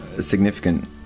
significant